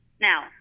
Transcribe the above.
Now